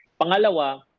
Pangalawa